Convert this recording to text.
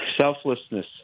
Selflessness